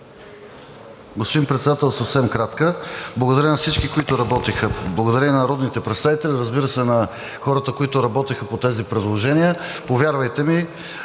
Господин Председател, съвсем кратка процедура. Благодаря на всички, които работиха. Благодаря на народните представители и, разбира се, на хората, които работиха по тези предложения. Повярвайте ми,